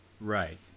Right